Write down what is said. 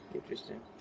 Interesting